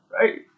right